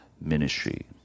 ministry